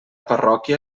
parròquia